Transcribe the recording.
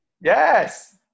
Yes